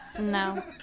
No